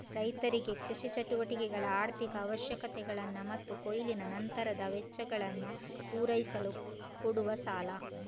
ರೈತರಿಗೆ ಕೃಷಿ ಚಟುವಟಿಕೆಗಳ ಆರ್ಥಿಕ ಅವಶ್ಯಕತೆಗಳನ್ನ ಮತ್ತು ಕೊಯ್ಲಿನ ನಂತರದ ವೆಚ್ಚಗಳನ್ನ ಪೂರೈಸಲು ಕೊಡುವ ಸಾಲ